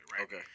Okay